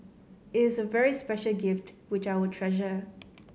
it is a very special gift which I will treasure